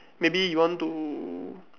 maybe you want to